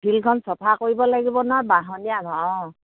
ফিলখন চাফা কৰিব লাগিব নহয় বাহনীয়ে অঁ